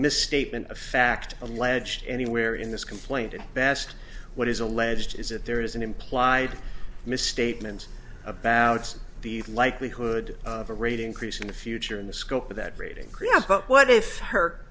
misstatement of fact alleged anywhere in this complaint at best what is alleged is that there is an implied misstatement about the likelihood of a rate increase in the future in the scope of that rate increase but what if her